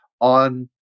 on